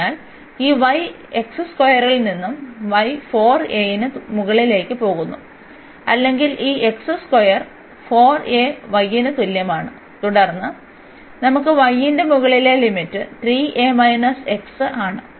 അതിനാൽ ഈ y x സ്ക്വയറിൽ നിന്ന് 4 a y ന് മുകളിലേക്ക് പോകുന്നു അല്ലെങ്കിൽ ഈ x സ്ക്വയർ 4 a y ന് തുല്യമാണ് തുടർന്ന് നമുക്ക് y ന്റെ മുകളിലെ ലിമിറ്റ് 3 a മൈനസ് x ആണ്